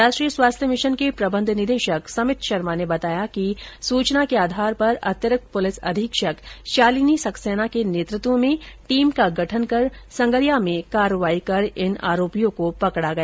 राष्ट्रीय स्वास्थ्य मिशन के प्रबंध निदेशक समित शर्मा ने बताया कि सूचना के आधार पर अतिरिक्त पुलिस अधीक्षक शालिनी सक्सेना के नेतृत्व में टीम का गठन कर संगरिया में कार्रवाई कर इन आरोपियों को पकड़ा गया